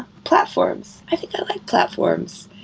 platforms. i think i like platforms.